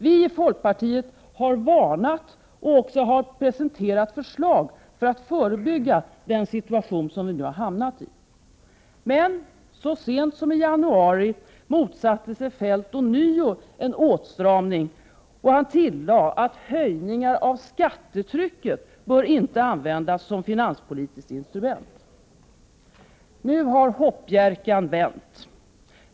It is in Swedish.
Vi i folkpartiet har varnat för denna situation, och vi har också presenterat förslag för att förebygga den situation som man nu har hamnat i. Men så sent som i januari motsatte sig Feldt ånyo en åtstramning, och han tillade att höjningar av skattetrycket inte bör användas som ett finanspolitiskt instrument. Nu har hoppjerkan vänt.